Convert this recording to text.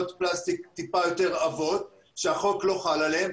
פלסטיק יותר עבות שהחוק לא חל עליהן,